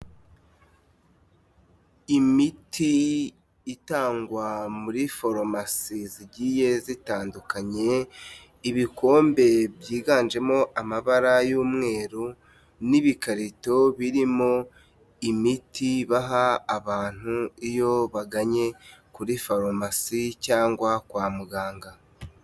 Imiti itangwa muri foromasi zigiye zitandukanye, ibikombe byiganjemo amabara y'umweru n'ibikarito birimo imiti baha abantu iyo bagannye kuri foromasi cyangwa kwa muganga.